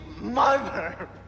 mother